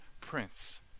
prince